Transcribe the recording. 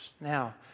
Now